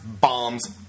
bombs